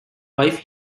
wife